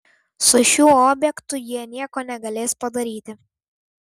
su šiuo objektu jie nieko negalės padaryti